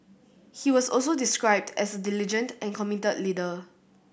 he was also described as a diligent and committed leader